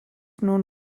known